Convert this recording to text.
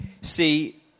See